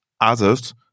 others